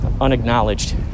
unacknowledged